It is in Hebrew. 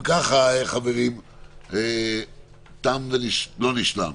אם כך, תם ולא נשלם.